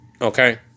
okay